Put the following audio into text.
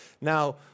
Now